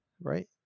right